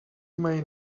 may